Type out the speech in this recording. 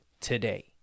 today